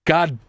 God